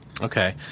Okay